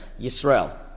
Yisrael